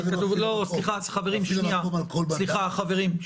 --- סליחה, חברים.